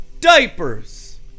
diapers